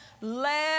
let